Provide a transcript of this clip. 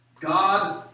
God